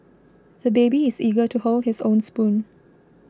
the baby is eager to hold his own spoon